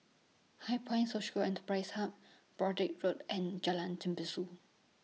HighPoint Social Enterprise Hub Broadrick Road and Jalan Tembusu